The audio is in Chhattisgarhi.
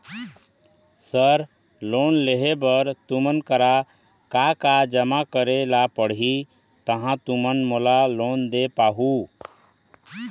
सर लोन लेहे बर तुमन करा का का जमा करें ला पड़ही तहाँ तुमन मोला लोन दे पाहुं?